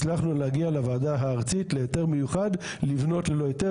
הצלחנו להגיע לוועדה הארצית להיתר מיוחד לבנות ללא היתר